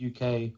UK